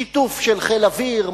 שיתוף חיל האוויר,